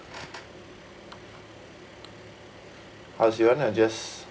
house you want to just